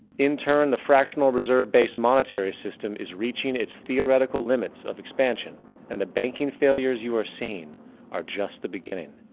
in turn the fractional reserve based monetary system system is reaching it's theoretical limits of expansion and the banking failures you are seeing are just the beginning.